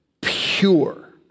pure